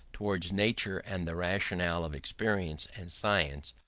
towards nature and the rationale of experience and science,